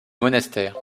monastère